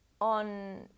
on